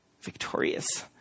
victorious